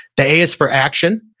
the a is for action.